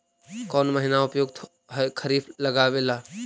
कौन महीना उपयुकत है खरिफ लगावे ला?